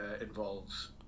involves